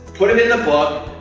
put it in a book,